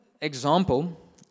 example